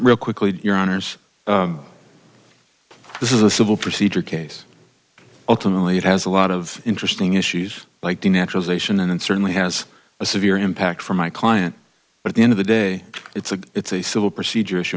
real quickly your honors this is a civil procedure case ultimately it has a lot of interesting issues like the naturalization and it certainly has a severe impact for my client at the end of the day it's a it's a civil procedure